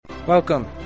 Welcome